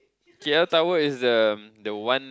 K_L tower is the the one